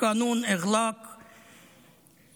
חוק סגירת תחנות טלוויזיה,